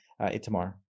Itamar